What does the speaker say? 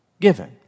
given